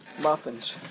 muffins